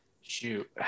shoot